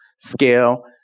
Scale